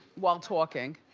while talking.